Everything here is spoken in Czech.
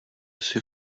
jsi